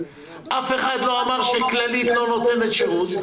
אף אחד לא אמר שכללית לא נותנת שירות.